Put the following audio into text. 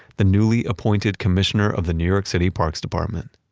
the newly appointed commissioner of the new york city parks department.